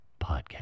podcast